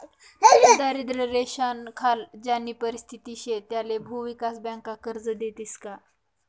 दारिद्र्य रेषानाखाल ज्यानी परिस्थिती शे त्याले भुविकास बँका कर्ज देतीस का?